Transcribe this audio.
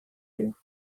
you